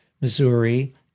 Missouri